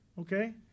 okay